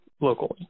locally